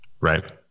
Right